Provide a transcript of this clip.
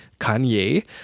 Kanye